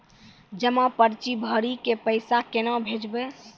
जमा पर्ची भरी के पैसा केना भेजबे?